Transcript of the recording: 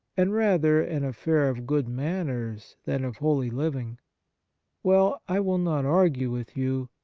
and rather an affair of good manners than of holy living well, i will not argue with you.